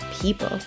people